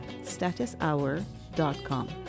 StatusHour.com